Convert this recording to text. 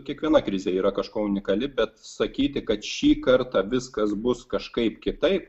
kiekviena krizė yra kažkuo unikali bet sakyti kad šį kartą viskas bus kažkaip kitaip